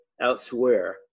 elsewhere